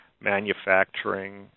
manufacturing